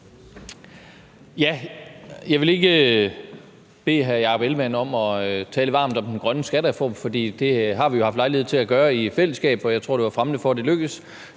Jeg vil ikke bede hr. Jakob Ellemann-Jensen om at tale varmt om den grønne skattereform, for det har vi jo haft lejlighed til at gøre i fællesskab, og jeg tror, det var fremmende for, at det lykkedes.